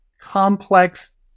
complex